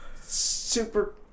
super